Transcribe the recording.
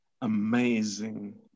amazing